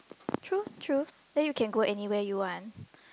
true true then you can go anywhere you want